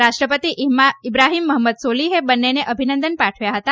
રાષ્ટ્રપતિ ઇબ્રાહિમ મહંમત સોલિગે બંનેને અભિનંદન પાઠવ્યા હતા